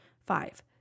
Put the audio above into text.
five